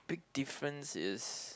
big difference is